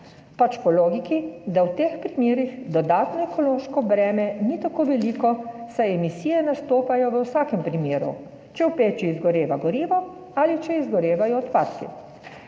pač po logiki, da v teh primerih dodatno ekološko breme ni tako veliko, saj emisije nastopajo v vsakem primeru, če v peči izgoreva gorivo ali če izgorevajo odpadki.